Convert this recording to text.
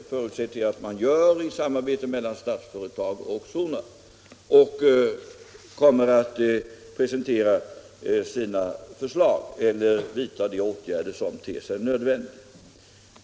Det förutsätter jag att Statsföretag och Sonab gör i samarbete och att man kommer att presentera sina förslag eller vidta de åtgärder som ter sig nödvändiga.